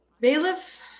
bailiff